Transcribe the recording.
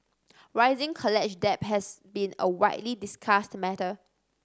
rising college debt has been a widely discussed matter